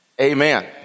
amen